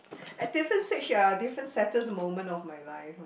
at different stage uh there are different saddest moment of my life